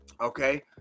okay